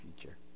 future